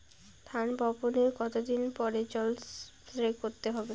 ধান বপনের কতদিন পরে জল স্প্রে করতে হবে?